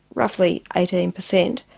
roughly eighteen percent,